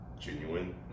genuine